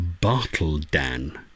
Bartledan